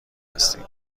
هستیم